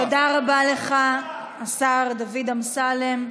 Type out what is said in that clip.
תודה רבה לך, השר דוד אמסלם.